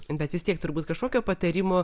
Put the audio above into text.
bet vis tiek turbūt kažkokio patarimo